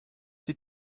die